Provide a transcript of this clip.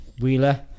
Wheeler